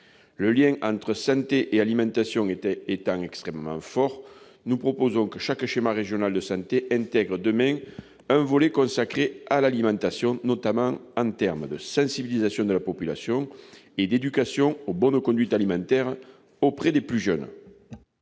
Le lien entre santé et alimentation étant extrêmement fort, nous proposons que chaque schéma régional de santé intègre demain un volet consacré à l'alimentation, notamment en termes de sensibilisation de la population et d'éducation aux bonnes conduites alimentaires auprès des plus jeunes.